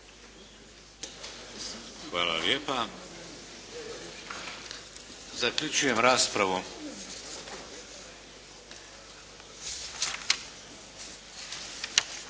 Hvala lijepa. Zaključujem raspravu.